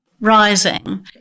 rising